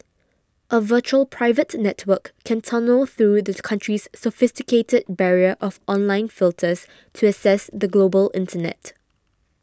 a virtual private network can tunnel through the country's sophisticated barrier of online filters to access the global internet